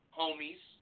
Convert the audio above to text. homies